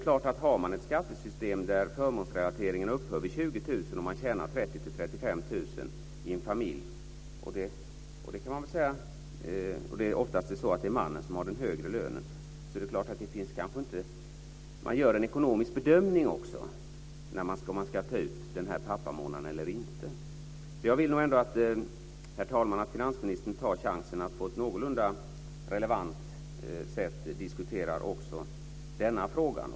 Har vi ett skattesystem där förmånsrelateringen upphör vid 20 000 och man tjänar 30 000-35 000 och lever i en familj - det är oftast mannen som har den högre lönen - är det klart att man gör en ekonomisk bedömning när det gäller om man ska ta ut pappamånaden eller inte. Jag vill nog ändå, herr talman, att finansministern tar chansen att på ett någorlunda relevant sätt diskutera också denna fråga.